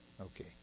Okay